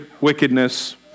wickedness